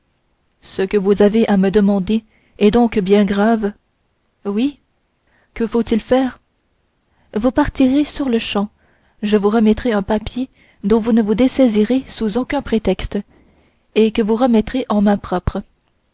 ce que vous avez à me demander est donc bien grave oui que faut-il faire vous partirez sur-le-champ je vous remettrai un papier dont vous ne vous dessaisirez sous aucun prétexte et que vous remettrez en main propre